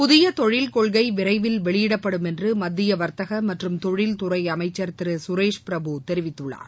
புதிய தொழில் கொள்கை விரைவில் வெளியிடப்படும் என்று மத்திய வர்த்தக மற்றும் தொழில்துறை அமைச்சர் திரு சுரேஷ் பிரபு தெரிவித்துள்ளார்